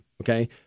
okay